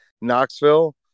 Knoxville